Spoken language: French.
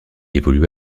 évolue